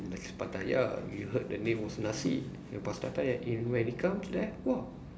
Nasi Pattaya you heard the name was nasi and plus Pattaya it when it comes that !wah!